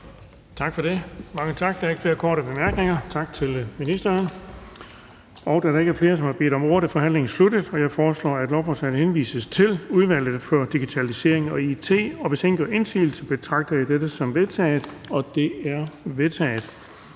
Tak for det. Der er ikke flere korte bemærkninger. Tak til ministeren. Da der ikke er flere, som har bedt om ordet, er forhandlingen sluttet. Jeg foreslår, at lovforslaget henvises til Udvalget for Digitalisering og It. Hvis ingen gør indsigelse, betragter jeg dette som vedtaget. Det er vedtaget.